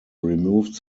removed